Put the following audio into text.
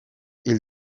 hil